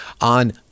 on